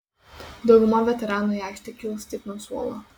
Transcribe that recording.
dauguma veteranų į aikštę kils tik nuo suolo